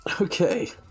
Okay